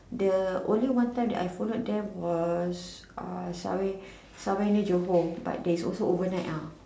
the only one time I followed them was uh somewhere somewhere near Johor but there is also over night ah